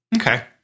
Okay